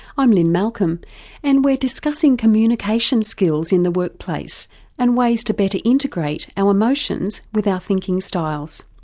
i'm lynne malcolm and we're discussing communication skills in the workplace and ways to better integrate our emotions with our thinking styles.